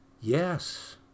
Yes